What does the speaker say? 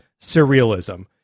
surrealism